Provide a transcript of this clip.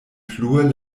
plue